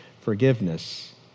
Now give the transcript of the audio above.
forgiveness